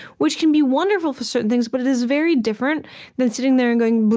which can be wonderful for certain things, but it is very different than sitting there and going but